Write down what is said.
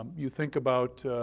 um you think about